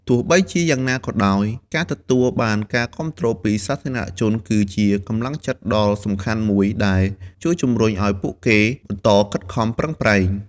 ទោះបីជាយ៉ាងណាក៏ដោយ ការទទួលបានការគាំទ្រពីសាធារណជនគឺជាកម្លាំងចិត្តដ៏សំខាន់មួយដែលជួយជម្រុញឲ្យពួកគេបន្តខិតខំប្រឹងប្រែង។